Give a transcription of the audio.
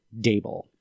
Dable